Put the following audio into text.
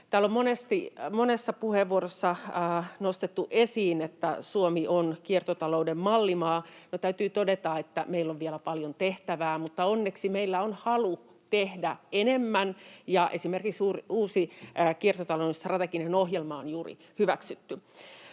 Täällä on monessa puheenvuorossa nostettu esiin, että Suomi on kiertotalouden mallimaa. No, täytyy todeta, että meillä on vielä paljon tehtävää, mutta onneksi meillä on halu tehdä enemmän, ja esimerkiksi uusi kiertotalouden strateginen ohjelma on juuri hyväksytty.